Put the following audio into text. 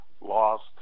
lost